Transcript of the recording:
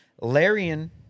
Larian